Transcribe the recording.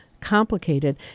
complicated